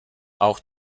auch